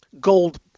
Gold